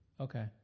Okay